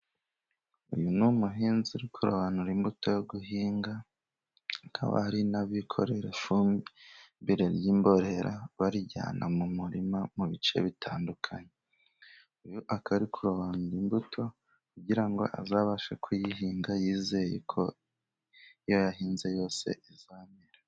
Uyu n'umuhinzi uri kurobanura imbuto yo guhinga, hakaba hari n'abikorera ifumbire y'imborera bayijyana mu murima mu bice bitandukanye, uyu akaba ari kurobanura imbuto kugira ngo azabashe kuyihinga, yizeye ko iyo yahinze yose izamera.